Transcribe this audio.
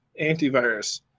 antivirus